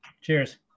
Cheers